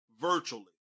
virtually